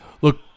Look